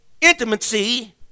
intimacy